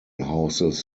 houses